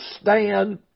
stand